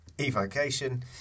Evocation